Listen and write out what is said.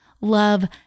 love